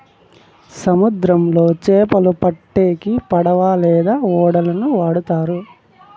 సముద్రంలో చాపలు పట్టేకి పడవ లేదా ఓడలను వాడుతారు